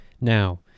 now